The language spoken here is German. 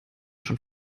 schon